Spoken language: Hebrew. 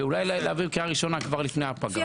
ואולי להעביר קריאה ראשונה כבר לפני הפגרה.